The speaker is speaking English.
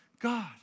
God